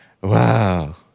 Wow